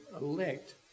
elect